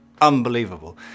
unbelievable